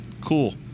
Cool